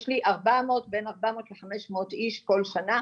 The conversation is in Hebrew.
יש לי בין ארבע מאות לחמש מאות איש כל שנה,